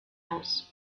aus